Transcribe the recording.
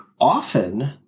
often